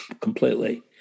completely